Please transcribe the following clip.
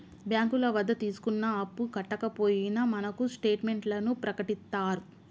బ్యాంకుల వద్ద తీసుకున్న అప్పు కట్టకపోయినా మనకు స్టేట్ మెంట్లను ప్రకటిత్తారు